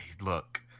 Look